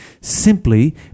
simply